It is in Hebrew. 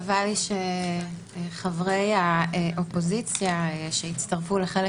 חבל לי שחברי האופוזיציה שהצטרפו לחלק